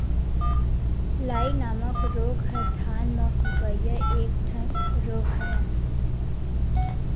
लाई नामक रोग ह धान म होवइया एक ठन रोग हरय